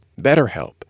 BetterHelp